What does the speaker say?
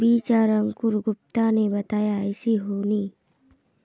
बीज आर अंकूर गुप्ता ने बताया ऐसी होनी?